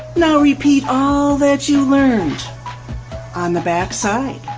now repeat all that you learned on the back side.